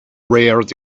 reared